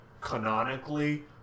canonically